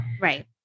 Right